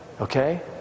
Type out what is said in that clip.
Okay